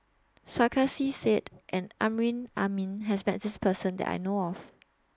Sarkasi Said and Amrin Amin has Met This Person that I know of